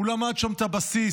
הוא למד שם את הבסיס,